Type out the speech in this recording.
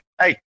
hey